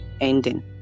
ending